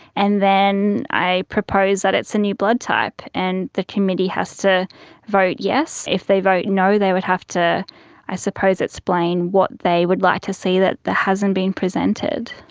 and then i proposed that it's a new blood type and the committee has to vote yes. if they vote no they would have to i suppose explain what they would like to see that hasn't been presented.